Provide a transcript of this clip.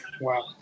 Wow